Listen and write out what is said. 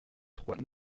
trois